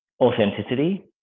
Authenticity